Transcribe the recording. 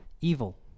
Evil